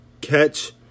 Catch